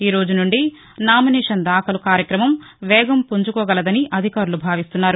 ఈరోజు నుండి నామినేషన్ దాఖలు కార్యక్రమం వేగం పుంజుకోగలదని అధికారులు భావిస్తున్నారు